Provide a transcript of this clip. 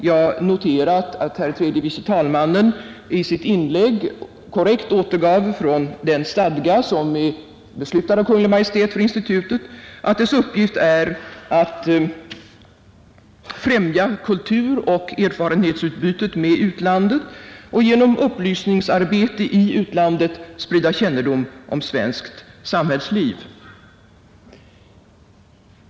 Jag noterar emellertid att herr tredje vice talmannen Virgin i sitt inlägg korrekt återgav från den stadga som är beslutad av Kungl. Maj:t för institutet, att dess uppgift är att främja kulturoch erfarenhetsutbytet med utlandet och genom upplysningsarbete i utlandet sprida kännedom om svenskt samhällsliv.